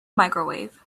microwave